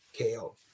KO